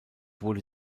wurde